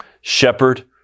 Shepherd